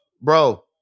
Bro